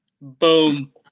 Boom